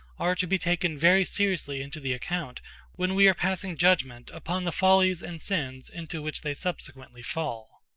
are to be taken very seriously into the account when we are passing judgment upon the follies and sins into which they subsequently fall.